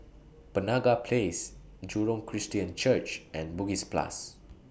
Penaga Place Jurong Christian Church and Bugis Plus